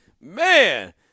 Man